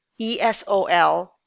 ESOL